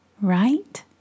right